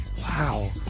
Wow